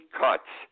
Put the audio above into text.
cuts